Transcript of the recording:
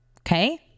Okay